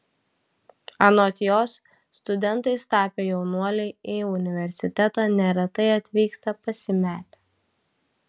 anot jos studentais tapę jaunuoliai į universitetą neretai atvyksta pasimetę